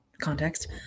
context